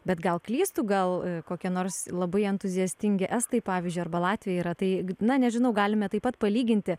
bet gal klystu gal kokie nors labai entuziastingi estai pavyzdžiui arba latviai yra tai na nežinau galime taip pat palyginti